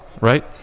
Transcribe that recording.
right